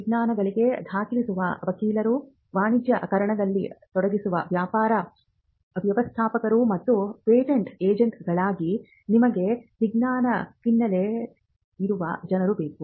ವಿಜ್ಞಾನಿಗಳು ದಾಖಲಿಸುವ ವಕೀಲರು ವಾಣಿಜ್ಯೀಕರಣದಲ್ಲಿ ತೊಡಗಿರುವ ವ್ಯಾಪಾರ ವ್ಯವಸ್ಥಾಪಕರು ಮತ್ತು ಪೇಟೆಂಟ್ ಏಜೆಂಟ್ಗಳಾಗಿ ನಿಮಗೆ ವಿಜ್ಞಾನ ಹಿನ್ನೆಲೆ ಇರುವ ಜನರು ಬೇಕು